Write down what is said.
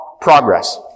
progress